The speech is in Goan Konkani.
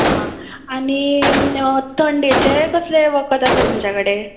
हां आनी थंडयेचें कसलें वखद आसा तुमचे कडेन